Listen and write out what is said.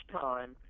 time